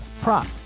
prop